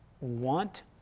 want